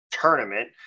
tournament